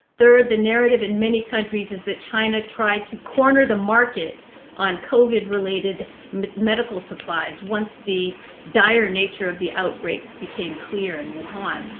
third, the narrative in many countries, is that china tried to corner the market on covid-related medical supplies once the dire nature of the outbreak became clear in wuhan.